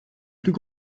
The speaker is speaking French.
plus